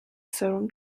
سرم